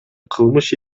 кылмыш